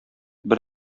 бер